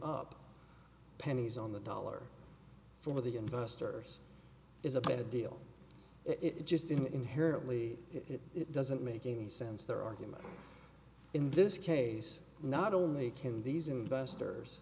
up pennies on the dollar for the investors is a bad deal it just isn't inherently it doesn't make any sense their argument in this case not only can these investors